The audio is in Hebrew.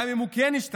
גם אם הוא כן ישתלב,